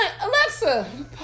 Alexa